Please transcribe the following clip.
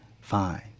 fine